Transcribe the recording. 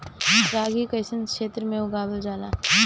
रागी कइसन क्षेत्र में उगावल जला?